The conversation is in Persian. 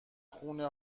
خونه